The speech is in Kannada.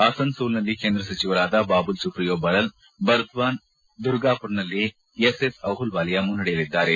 ಅಸನ್ಸೋಲ್ನಲ್ಲಿ ಕೇಂದ್ರ ಸಚಿವರಾದ ಬಾಬುಲ್ ಸುಪ್ರಿಯೋ ಬರಲ್ ಬರ್ದ್ವಾನ್ ದುರ್ಗಾಪುರ್ನಲ್ಲಿ ಎಸ್ಎಸ್ ಅಹ್ಲವಾಲಿಯ ಮುನ್ನಡೆಯಲ್ಲಿದ್ದಾರೆ